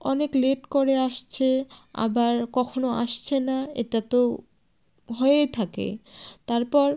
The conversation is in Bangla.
অনেক লেট করে আসছে আবার কখনও আসছে না এটা তো হয়েই থাকে তারপর